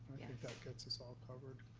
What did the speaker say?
i think that gets us all covered.